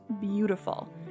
beautiful